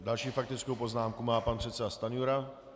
Další faktickou poznámku má pan předseda Stanjura.